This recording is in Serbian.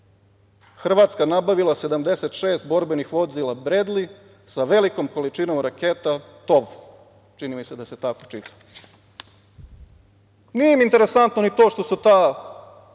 Hrvatska nabavila 76 borbenih vozila „Bredli“ sa velikom količinom raketa „Tov“, čini mi se da se tako čita. Nije im interesantno ni to što su ta oklopna